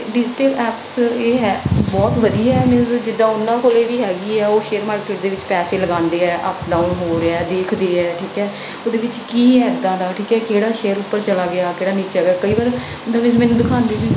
digital apps ਇਹ ਹੈ ਬਹੁਤ ਵਧੀਆ ਨਿਊਜ਼ ਜਿੱਦਾਂ ਉਹਨਾਂ ਕੋਲ ਵੀ ਹੈਗੀ ਆ ਉਹ ਸ਼ੇਅਰ ਮਾਰਕੀਟ ਦੇ ਵਿੱਚ ਪੈਸੇ ਲਗਾਉਂਦੇ ਆ ਅਪ ਡਾਊਨ ਹੋ ਰਿਹਾ ਦੇਖਦੇ ਹੈ ਠੀਕ ਹੈ ਉਹਦੇ ਵਿੱਚ ਕੀ ਹੈ ਇੱਦਾਂ ਦਾ ਠੀਕ ਹੈ ਕਿਹੜਾ ਸ਼ੇਅਰ ਉੱਪਰ ਚਲਾ ਗਿਆ ਕਿਹੜਾ ਨੀਚੇ ਅਗਰ ਕਈ ਵਾਰ ਨਵੇਂ ਨਵੇਂ ਮੈਨੂੰ ਦਿਖਾਉਂਦੇ ਵੀ